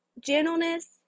gentleness